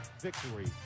victory